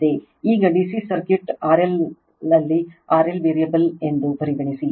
ಈಗ DC circuit RL ಲ್ಲಿ RL variable ಎಂದು ಪರಿಗಣಿಸಿ